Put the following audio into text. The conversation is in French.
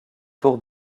tour